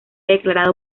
declarado